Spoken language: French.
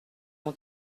mon